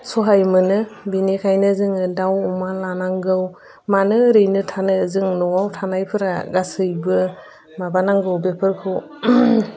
सहाय मोनो बेनिखायनो जोङो दाउ अमा लानांगौ मानो ओरैनो थानो जों न'आव थानायफोरा गासैबो माबानांगौ बेफोरखौ